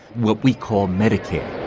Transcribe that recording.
what we call medicare.